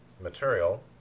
material